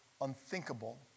unthinkable